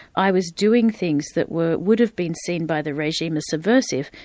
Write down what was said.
i was doing things that would would have been seen by the regime as subversive,